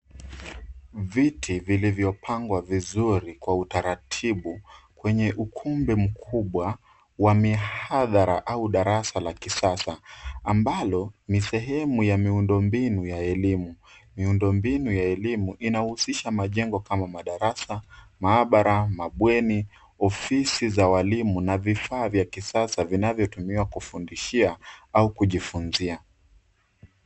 Viti vilivyopangwa vizuri kwa utaratibu kwenye ukumbi mkubwa wa mihadhara au darasa la kisasa, ambalo ni sehemu ya miundo mbinu ya elimu. Miundo mbinu ya elimu inahusisha majengo kama madarasa, maabara, mabweni, ofisi za walimu na vifaa vya kisasa vinavyotumiwa kufundishia au kujifunzia.